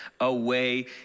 away